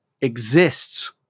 exists